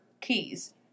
keys